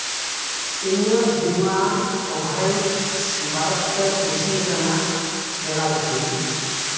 ᱤᱧᱟᱹᱜ ᱵᱤᱢᱟ ᱠᱚᱵᱷᱟᱨᱮᱡᱽ ᱵᱟᱨᱮᱛᱮ ᱠᱩᱥᱤᱭᱟᱠᱟᱱᱟ ᱮᱞᱟᱭᱥᱤ